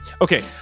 okay